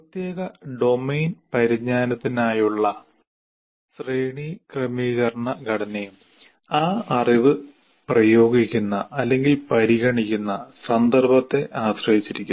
പ്രത്യേക ഡൊമെയ്ൻ പരിജ്ഞാനത്തിനായുള്ള ശ്രേണിക്രമീകരണ ഘടനയും ആ അറിവ് പ്രയോഗിക്കുന്ന അല്ലെങ്കിൽ പരിഗണിക്കുന്ന സന്ദർഭത്തെ ആശ്രയിച്ചിരിക്കുന്നു